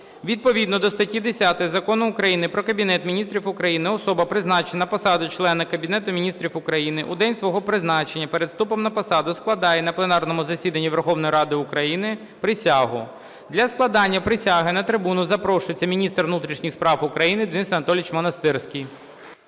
Відповідно до статті 10 Закону України "Про Кабінет Міністрів України" особа, призначена на посаду члена Кабінету Міністрів України, у день свого призначення перед вступом на посаду складає на пленарному засіданні Верховної Ради України присягу. Для складення присяги на трибуну запрошується міністр внутрішніх справ України Денис Анатолійович Монастирський.